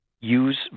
use